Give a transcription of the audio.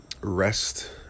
rest